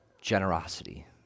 generosity